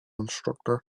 instructor